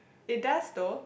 it does though